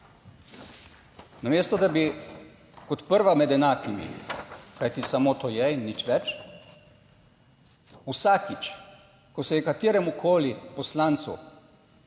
Namesto, da bi kot prva med enakimi, kajti samo to je in nič več, vsakič, ko se je kateremukoli poslancu